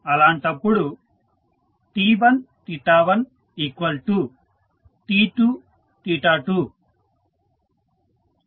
అలాంటప్పుడు T11T22